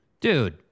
Dude